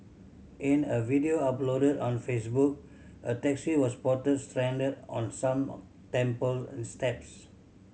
in a video uploaded on Facebook a taxi was spotted stranded on some temple steps